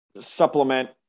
supplement